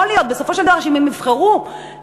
יכול להיות בסופו של דבר שאם הם יבחרו לעבוד